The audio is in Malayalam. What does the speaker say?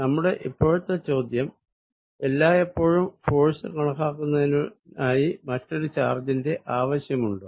നമ്മുടെ ഇപ്പോഴത്തെ ചോദ്യം എല്ലായെപ്പോഴും ഫോഴ്സ് കണക്കാക്കുന്നതിനായി മറ്റൊരു ചാർജിന്റെ ആവശ്യമുണ്ടോ